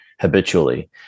habitually